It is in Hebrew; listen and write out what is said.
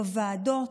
בוועדות,